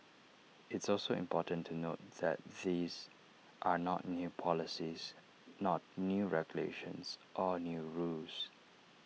it's also important to note that these are not new policies not new regulations or new rules